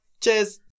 Cheers